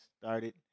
started